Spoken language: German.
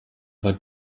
war